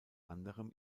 anderem